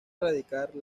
erradicar